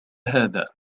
هذا